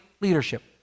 leadership